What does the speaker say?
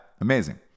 amazing